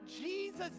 Jesus